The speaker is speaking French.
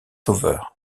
over